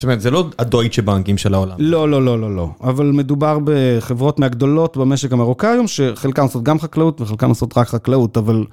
זה לא הדויטשה בנקים של העולם. לא לא לא לא לא אבל מדובר בחברות מהגדולות במשק היום שחלקן עושות גם חקלאות וחלקן עושות רק חקלאות אבל